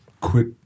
quit